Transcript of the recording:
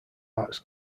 arts